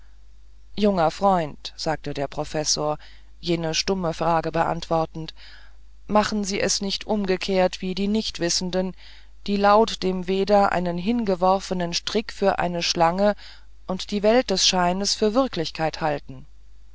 junger freund sagte der professor jene stumme frage beantwortend machen sie es nicht umgekehrt wie die nichtwissenden die laut dem veda einen hingeworfenen strick für eine schlange und die welt des scheines für wirklichkeit halten